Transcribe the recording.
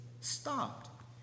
stopped